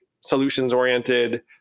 solutions-oriented